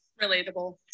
relatable